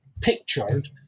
pictured